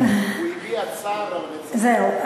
הוא הביע צער על רצח, זהו.